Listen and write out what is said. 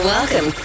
Welcome